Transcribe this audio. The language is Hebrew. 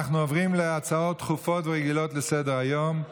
אנחנו עוברים להצעות דחופות ורגילות לסדר-היום.